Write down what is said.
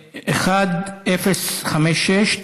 מס' 1056,